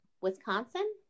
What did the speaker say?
Wisconsin